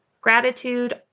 Gratitude